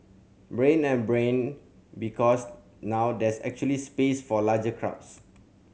Brain and Brain because now there's actually space for larger crowds